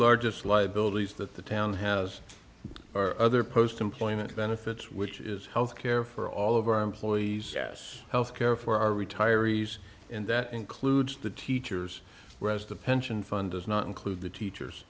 largest liabilities that the town has are other post employment benefits which is health care for all of our employees as health care for our retirees and that includes the teachers whereas the pension fund does not include the teachers